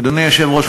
אדוני היושב-ראש,